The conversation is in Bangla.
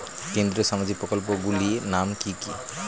কেন্দ্রীয় সামাজিক প্রকল্পগুলি নাম কি কি?